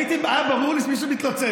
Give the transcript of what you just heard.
היה ברור לי שמישהו מתלוצץ,